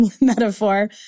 metaphor